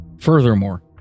Furthermore